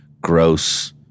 gross